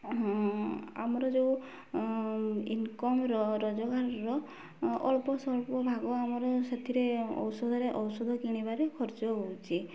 ଆମର ଯେଉଁ ଇନ୍କମ୍ର ରୋଜଗାରର ଅଳ୍ପ ସ୍ୱଳ୍ପ ଭାଗ ଆମର ସେତିରେ ଔଷଧରେ ଔଷଧ କିଣିବାରେ ଖର୍ଚ୍ଚ ହେଉଛି